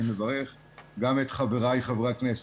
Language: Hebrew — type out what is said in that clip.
אני מברך גם את חבריי חברי הכנסת.